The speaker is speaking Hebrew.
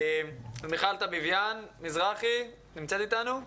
מיכל טביביאן מזרחי נמצאת איתנו?